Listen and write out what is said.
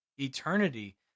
eternity